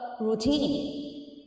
routine